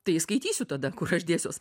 tai skaitysiu tada aš dėsiuos